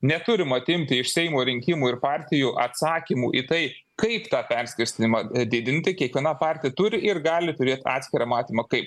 neturim atimti iš seimo rinkimų ir partijų atsakymų į tai kaip tą perskirstymą didinti kiekviena partija turi ir gali turėt atskirą matymą kaip